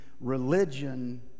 religion